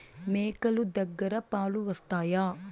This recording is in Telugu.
మేక లు దగ్గర పాలు వస్తాయా?